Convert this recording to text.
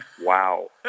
wow